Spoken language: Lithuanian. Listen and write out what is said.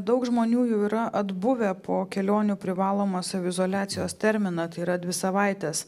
daug žmonių jau yra atbuvę po kelionių privalomą saviizoliacijos terminą tai yra dvi savaites